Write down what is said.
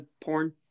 porn